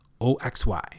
O-X-Y